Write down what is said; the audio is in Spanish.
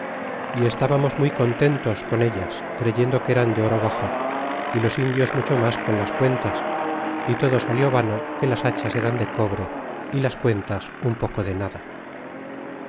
y estabamos muy contentos con ellas creyendo que eran de oro baxo y los indios mucho mas con las cuentas y todo salió vano que las hachas eran de cobre y las cuentas un poco de nada